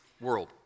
world